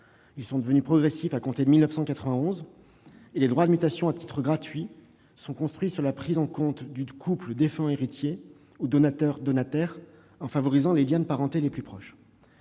patrimoine. Devenus progressifs à compter de 1901, les droits de mutation à titre gratuit, ou DMTG, sont construits sur la prise en compte du couple défunt-héritier ou donateur-donataire, en favorisant les liens de parenté les plus proches.